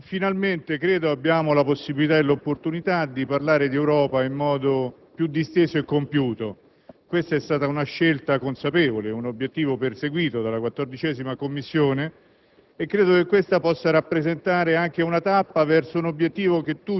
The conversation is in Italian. Signor Presidente, finalmente abbiamo la possibilità e l'opportunità di parlare di Europa in modo più disteso e compiuto. Questa è stata una scelta consapevole e un obiettivo perseguito dalla 14a Commissione